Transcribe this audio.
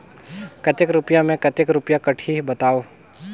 कतेक रुपिया मे कतेक रुपिया कटही बताव?